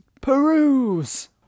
peruse